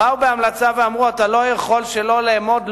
באה בהמלצה ואמרה: אתה לא יכול שלא לאמוד,